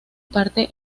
parte